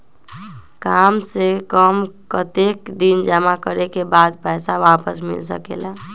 काम से कम कतेक दिन जमा करें के बाद पैसा वापस मिल सकेला?